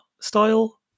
style